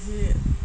is it